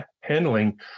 handling